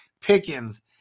Pickens